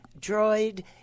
Droid